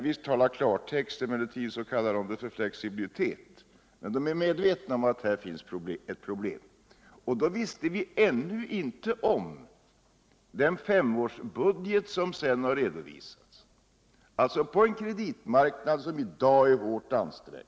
När vi använder klartext talar utskottsmajoriteten om flexibilitet. Men majoriteten är alltså medveten om att det finns problem. Då visste man ännu ingenting om den femårsbudget som senare redovisats. På en kreditmarknad som i dag är hårt ansträngd.